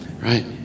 right